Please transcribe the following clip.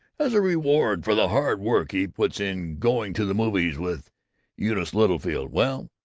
as a reward for the hard work he puts in going to the movies with eunice littlefield! well,